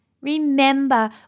Remember